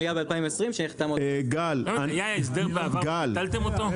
ב-2020 שנחתם עוד --- היה הסדר בעבר שביטלתם אותו?